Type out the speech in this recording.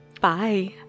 Bye